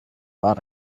bought